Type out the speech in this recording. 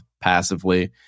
passively